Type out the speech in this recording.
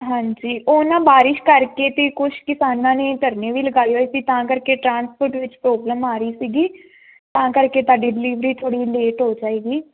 ਹਾਂਜੀ ਉਹਨਾਂ ਬਾਰਿਸ਼ ਕਰਕੇ ਤੇ ਕੁਝ ਕਿਸਾਨਾਂ ਨੇ ਧਰਨੇ ਵੀ ਲਗਾਏ ਹੋਏ ਸੀ ਤਾਂ ਕਰਕੇ ਟਰਾਂਸਪੋਰਟ ਵਿੱਚ ਪ੍ਰੋਬਲਮ ਆ ਰਹੀ ਸੀਗੀ ਤਾਂ ਕਰਕੇ ਤੁਹਾਡੀ ਡਿਲੀਵਰੀ ਥੋੜੀ ਲੇਟ ਹੋ ਜਾਏਗੀ